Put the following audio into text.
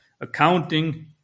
Accounting